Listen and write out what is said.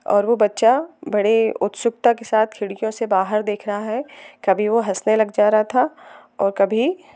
और वो बच्चा बड़े उत्सुकता के साथ खिडकियों से बाहर देख रहा है कभी वो हँसने लग जा रहा था और कभी